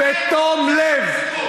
30 שניות, בבקשה, ובזאת סיימנו את הסאגה הזאת.